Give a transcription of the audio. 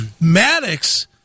Maddox